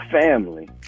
family